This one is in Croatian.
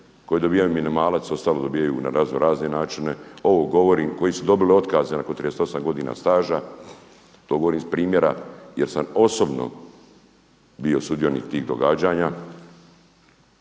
koji dobivaju minimalac, ostalo dobivaju na razno razne načine, ovo govorim, koji su dobili otkaze nakon 38 godina staža. To govorim iz primjera jer sam osobno bio sudionik tih događanja.